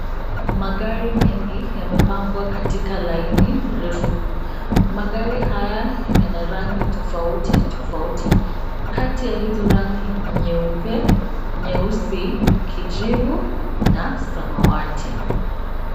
Magari mengi yamepangwa katika laini refu. Magari haya yana rangi tofauti tofauti. Kati ya hizo rangi ni nyeupe, nyeusi, kijivu na samawati.